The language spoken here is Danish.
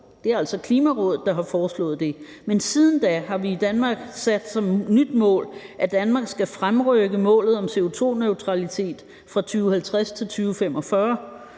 Det er altså Klimarådet, der har foreslået det. Men siden da har vi i Danmark sat som nyt mål, at Danmark skal fremrykke målet om CO2-neutralitet fra 2050 til 2045.